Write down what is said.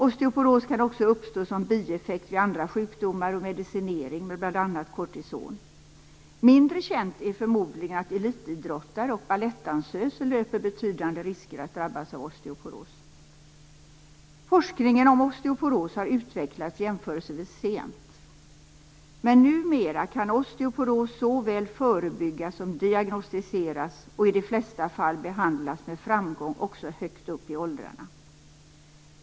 Osteoporos kan också uppstå som bieffekt vid andra sjukdomar och medicinering med bl.a. cortison. Mindre känt är förmodligen att elitidrottare och balettdansöser löper betydande risker att drabbas av osteoporos. Forskningen om osteoporos har utvecklats jämförelsevis sent. Men numera kan osteoporos såväl förebyggas som diagnostiseras och i de flesta fall behandlas med framgång också högt upp i åldrarna.